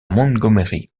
montgomery